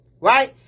Right